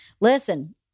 Listen